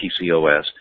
PCOS